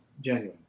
genuine